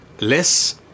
less